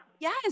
Yes